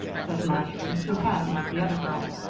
said marjory, who had, like the other girls,